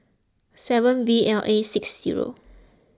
seven V L A six zero